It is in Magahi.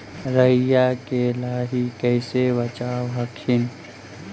राईया के लाहि कैसे बचाब हखिन?